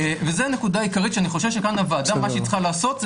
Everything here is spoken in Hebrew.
וזה עיקרית שאני חושב שכאן הוועדה מה שהיא צריכה לעשות,